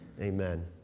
Amen